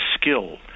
skill